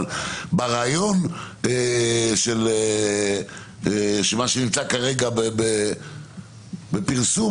אבל ברעיון של מה שנמצא כרגע בפרסום,